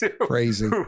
Crazy